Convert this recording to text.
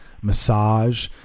massage